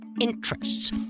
Interests